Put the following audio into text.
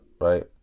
Right